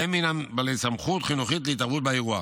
והם בעלי סמכות חינוכית להתערבות באירוע.